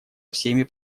всеми